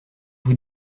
vous